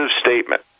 statement